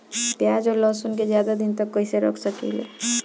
प्याज और लहसुन के ज्यादा दिन तक कइसे रख सकिले?